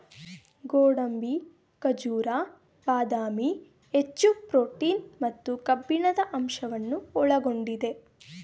ಗೋಡಂಬಿ, ಖಜೂರ, ಬಾದಾಮಿ, ಹೆಚ್ಚು ಪ್ರೋಟೀನ್ ಮತ್ತು ಕಬ್ಬಿಣದ ಅಂಶವನ್ನು ಒಳಗೊಂಡಿದೆ